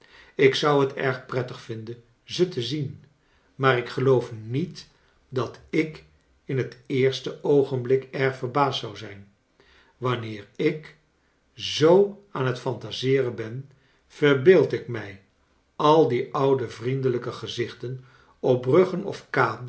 ik zou het erg prettig vinden ze te zien maar ik geloof niet dat ik in het eerste oogenblik erg verbaasd zou zijn wanneer ik zoo aan het fantaseeren ben verbeeld ik mij al die oude vriendelrjke gezichten op bruggen of